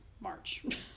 March